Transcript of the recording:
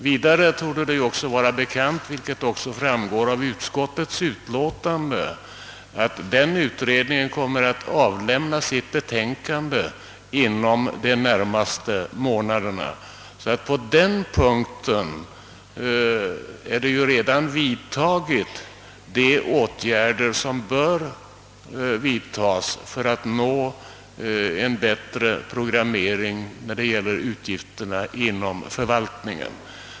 Vidare torde det vara bekant, vilket också framgår av utskottets utlåtande, att den utredningen kommer att avlämna sitt betänkande inom de närmaste månaderna. På den punkten har redan vidtagits de åtgärder som fordras för att få en bättre programmering för utgifterna inom förvaltningen.